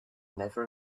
never